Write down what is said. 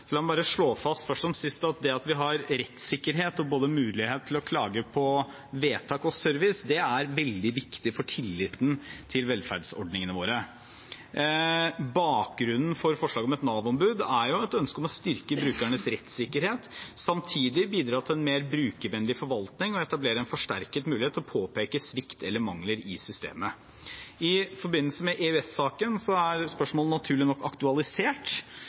så har det vært diskusjon om hvordan, og på hvilken måte. La meg bare slå fast først som sist at det at vi har rettssikkerhet og mulighet til å klage på både vedtak og service, er veldig viktig for tilliten til velferdsordningene våre. Bakgrunnen for forslaget om et Nav-ombud er et ønske om å styrke brukernes rettssikkerhet og samtidig bidra til en mer brukervennlig forvaltning og etablere en forsterket mulighet til å påpeke svikt eller mangler i systemet. I forbindelse med EØS-saken er spørsmålet naturlig nok aktualisert,